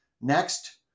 Next